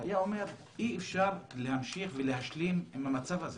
היה אומר שאי אפשר להמשיך להשלים עם המצב הזה